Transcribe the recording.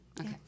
okay